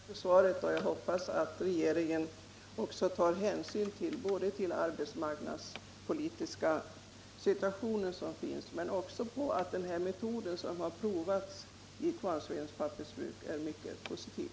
Herr talman! Jag ber att få tacka för det svaret. Jag hoppas att regeringen tar hänsyn både till den arbetsmarknadspolitiska situation som råder och till det förhållandet att den metod som prövats vid Kvarnsvedens Pappersbruk visat sig vara mycket positiv.